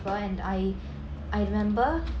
for and I I remember